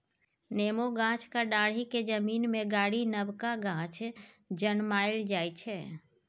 नेबो गाछक डांढ़ि केँ जमीन मे गारि नबका गाछ जनमाएल जाइ छै